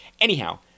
anyhow